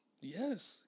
yes